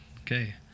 Okay